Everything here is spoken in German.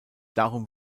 darum